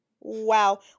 Wow